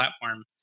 platform